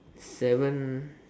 seven